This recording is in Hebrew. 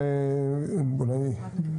אופיר.